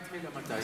הלחימה התחילה מתי?